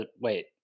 Wait